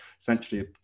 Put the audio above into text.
essentially